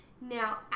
Now